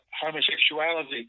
homosexuality